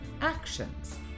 actions